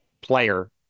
player